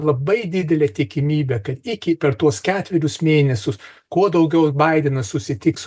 labai didelė tikimybė kad iki per tuos ketverius mėnesius kuo daugiau baidenas susitiks